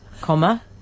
comma